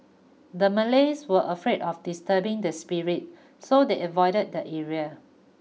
the Malays were afraid of disturbing the spirits so they avoided the area